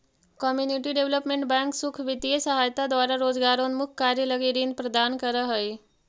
community development bank सुख वित्तीय सहायता द्वारा रोजगारोन्मुख कार्य लगी ऋण प्रदान करऽ हइ